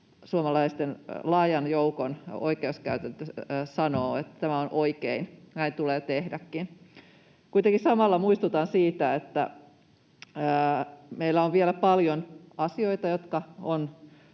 suomalaisten laajan joukon oikeustaju sanoo, että tämä on oikein, näin tulee tehdäkin. Kuitenkin samalla muistutan siitä, että meillä on vielä paljon asioita, jotka